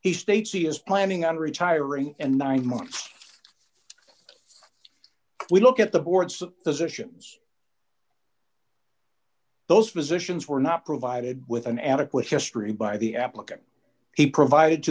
he states he is planning on retiring and nine months we look at the boards of desertions those physicians were not provided with an adequate history by the applicant he provided to